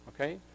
Okay